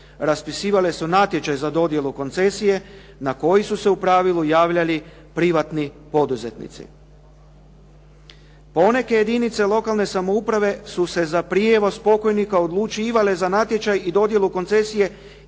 raspisivale su natječaj za dodjelu koncesije na koji su se u pravilu javljali privatni poduzetnici. Poneke jedinice lokalne samouprave su se za prijevoz pokojnika odlučivale za natječaj i dodjelu koncesije iako